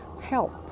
help